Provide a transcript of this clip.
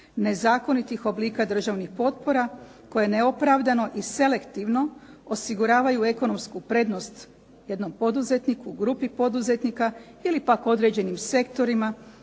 nezakonitih oblika državnih potpora koje neopravdano i selektivno osiguravaju ekonomsku prednost jednom poduzetniku, grupi poduzetnika ili pak određenim sektorima